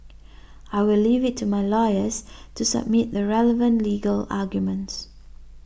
I will leave it to my lawyers to submit the relevant legal arguments